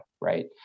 Right